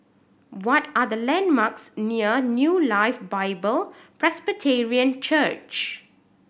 what are the landmarks near New Life Bible Presbyterian Church